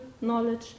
knowledge